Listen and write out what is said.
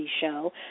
show